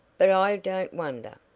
but i don't wonder.